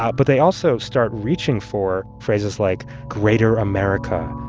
but but they also start reaching for phrases like greater america,